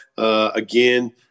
Again